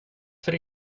för